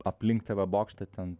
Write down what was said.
aplink tv bokštą ten